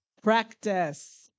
practice